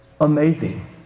amazing